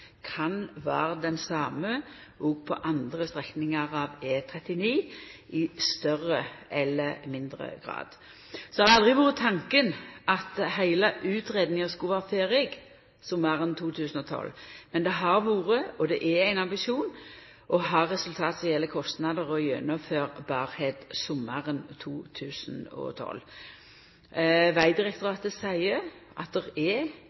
kan vera den same òg på andre strekningar av E39, i større eller mindre grad. Så har det aldri vore tanken at heile utgreiinga skulle vera ferdig sommaren 2012, men det har vore – og er – ein ambisjon å ha resultat som gjeld kostnader og evne til å gjennomføra sommaren 2012. Vegdirektoratet seier at det er